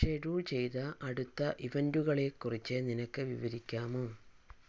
schedule ചെയ്ത അടുത്ത ഇവൻ്റുകളെക്കുറിച്ച് നിനക്ക് വിവരിക്കാമോ